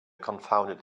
confounded